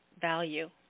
value